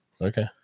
Okay